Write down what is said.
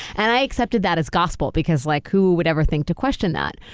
and i accepted that as gospel because like who would ever think to question that?